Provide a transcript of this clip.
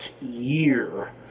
year